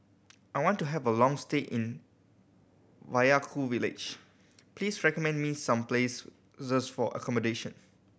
I want to have a long stay in Vaiaku village please recommend me some place for accommodation